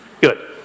good